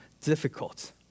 difficult